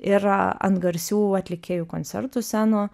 ir a ant garsių atlikėjų koncertų scenų